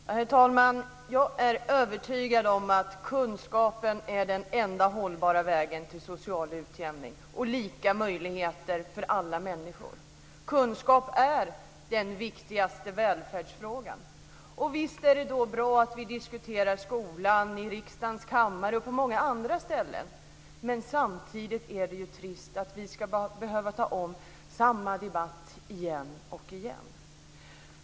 Herr talman! Jag är övertygad om att kunskapen är den enda hållbara vägen till social utjämning och lika möjligheter för alla människor. Kunskap är den viktigaste välfärdsfrågan. Och visst är det då bra att vi diskuterar skolan i riksdagens kammare och på många andra ställen. Men samtidigt är det ju trist att vi ska behöva ta om samma debatt igen och igen.